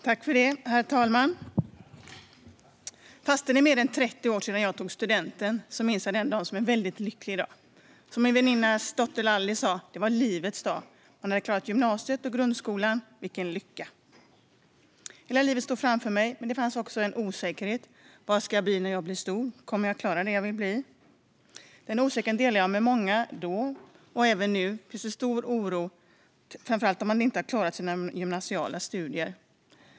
Herr talman! Fastän det var mer än 30 år sedan jag tog studenten minns jag det som en väldigt lycklig dag. När min väninnas dotter Alice tog studenten i våras sa hon att det var livets dag. Man hade klarat av både grundskolan och gymnasiet. Vilken lycka! Hela livet stod framför för mig, men det fanns också en osäkerhet. Vad ska jag bli när jag blir stor? Kommer jag att klara av det jag vill bli? Denna osäkerhet delade jag med många, och även nu finns en stor oro, framför allt om man inte har klarat sina gymnasiala studier.